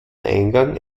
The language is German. eingang